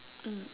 mm